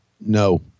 no